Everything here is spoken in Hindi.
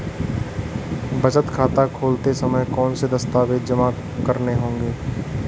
बचत खाता खोलते समय कौनसे दस्तावेज़ जमा करने होंगे?